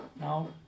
now